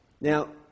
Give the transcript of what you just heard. Now